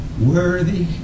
worthy